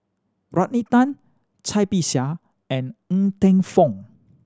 Rodney Tan Cai Bixia and Ng Teng Fong